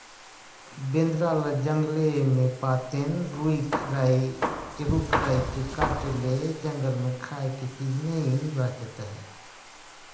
बेंदरा ल जंगले मे पातेन, रूख राई के काटे ले जंगल मे खाए के चीज नइ बाचत आहे